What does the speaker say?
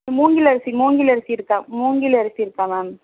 மூங்கில் அரிசி மூங்கில் அரிசி இருக்கா மூங்கில் அரிசி இருக்கா மேம்